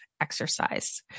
exercise